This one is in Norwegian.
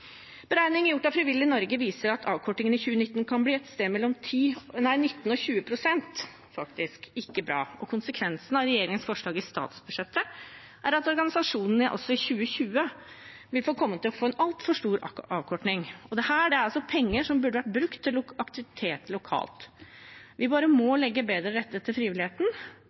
beregning gjort av Frivillighet Norge viser at avkortingen i 2019 kan bli et sted mellom 19 pst. og 20 pst. Det er ikke bra, og konsekvensen av regjeringens forslag i statsbudsjettet er at organisasjonene også i 2020 vil komme til å få en altfor stor avkorting. Dette er penger som burde vært brukt til aktiviteter lokalt. Vi må bare legge bedre til rette for frivilligheten,